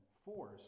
force